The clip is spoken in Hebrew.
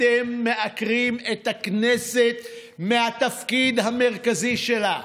אתם מעקרים את הכנסת מהתפקיד המרכזי שלה,